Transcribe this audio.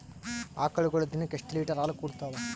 ಆಕಳುಗೊಳು ದಿನಕ್ಕ ಎಷ್ಟ ಲೀಟರ್ ಹಾಲ ಕುಡತಾವ?